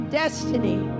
destiny